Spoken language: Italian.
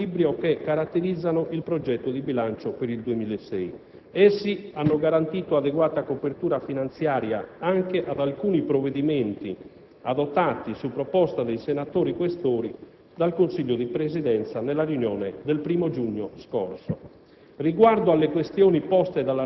ma anche del ragionevole equilibrio che caratterizzano il progetto di bilancio per il 2006. Essi hanno garantito adeguata copertura finanziaria anche ad alcuni provvedimenti, adottati su proposta dei senatori Questori dal Consiglio di Presidenza nella riunione del 1º giugno scorso.